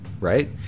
right